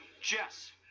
Jess